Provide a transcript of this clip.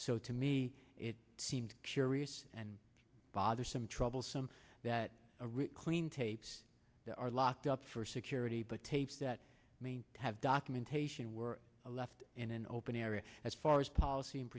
so to me it seemed curious and bothersome troublesome that clean tapes are locked up for security but tapes that me have documentation were left in an open area as far as policy and